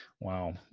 Wow